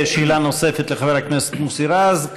שאלה נוספת לחבר הכנסת מוסי רז,